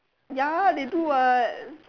ya they two what